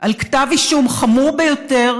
על כתב אישום חמור ביותר